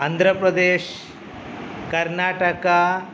Andhra Pradesh Karnataka